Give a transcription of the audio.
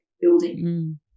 building